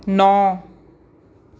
ਨੌ